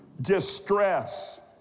Distress